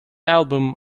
album